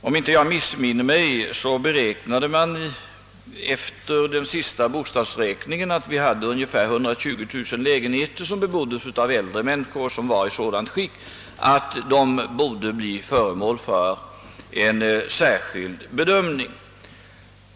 Om jag inte missminner mig beräknade man efter den senaste bostadsräkningen att ungefär 120 000 lägenheter, bebodda av äldre människor, var i sådant skick att de borde bli föremål för en särskild bedömning.